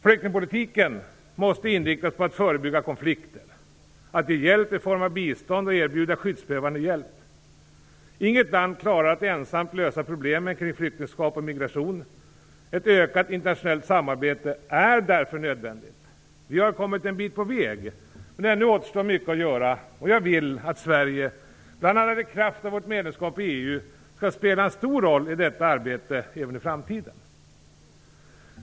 Flyktingpolitiken måste inriktas på att förebygga konflikter, att ge hjälp i form av bistånd och att erbjuda skyddsprövad hjälp. Inget land klarar att ensamt lösa problemen kring flyktingskap och migration. Ett ökat internationellt samarbete är därför nödvändigt. Vi har kommit en bit på väg, men ännu återstår mycket att göra. Jag vill att Sverige, bl.a. i kraft av vårt medlemskap i EU, skall spela en stor roll i detta arbete även i framtiden.